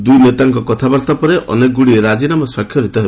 ଦୁଇନେତାଙ୍କ କଥାବାର୍ତ୍ତା ପରେ ଅନେକଗୁଡିଏ ରାଜିନାମା ସ୍ୱାକ୍ଷରିତ ହେବ